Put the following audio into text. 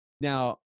now